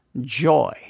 joy